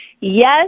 Yes